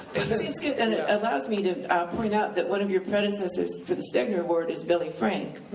and it seems good, and it allows me to point out that one of your predecessors for the stegner award is billy frank.